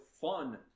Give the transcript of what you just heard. fun